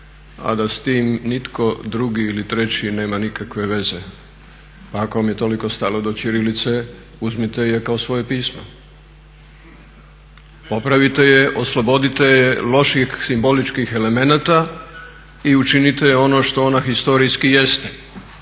a da s tim nitko drugi ili treći nema nikakve veze. Pa ako vam je toliko stalo do ćirilice uzmite je kao svoje pismo, popravite je, oslobodite je lošijih simboličkih elemenata i učinite ono što ona historijski jeste,